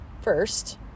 First